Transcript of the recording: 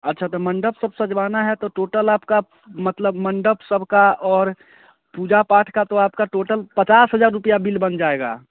अच्छा तो मंडप सब सजना है तो टोटल आपका मतलब मंडप सबका और पूजा पाठ का तो आपका टोटल पचास हज़ार रुपया बिल बन जाएगा